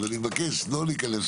אז אני מבקש לא להיכנס